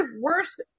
worse